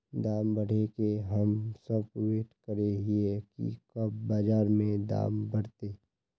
दाम बढ़े के हम सब वैट करे हिये की कब बाजार में दाम बढ़ते?